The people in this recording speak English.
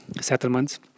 settlements